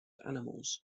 animals